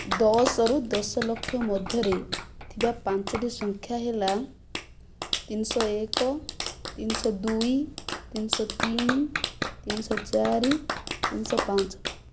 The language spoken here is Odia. ଦଶରୁ ଦଶ ଲକ୍ଷ ମଧ୍ୟରେ ଥିବା ପାଞ୍ଚଟି ସଂଖ୍ୟା ହେଲା ତିନିଶହ ଏକ ତିନିଶହ ଦୁଇ ତିନିଶହ ତିନି ତିନିଶହ ଚାରି ତିନିଶହ ପାଞ୍ଚ